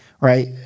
right